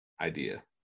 idea